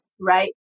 right